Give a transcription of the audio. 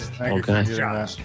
Okay